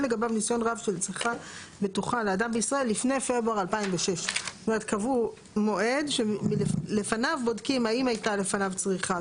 לגביו ניסיון רב של צריכה בטוחה לאדם בישראל לפני פברואר 2006". זאת אומרת קבעו מועד שלפני בודקים האם הייתה לפניו צריכה.